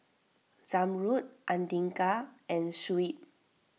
Zamrud andika and Shuib